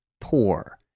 poor